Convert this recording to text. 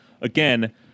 again